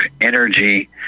energy